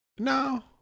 No